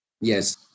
Yes